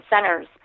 centers